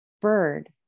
bird